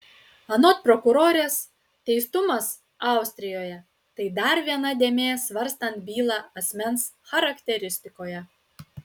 anot prokurorės teistumas austrijoje tai dar viena dėmė svarstant bylą asmens charakteristikoje